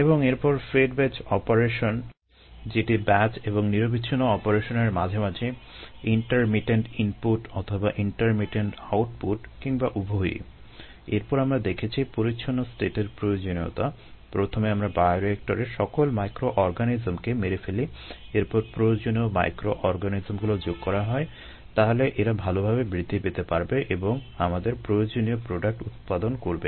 এবং এরপর fed batch operation উৎপাদন করবে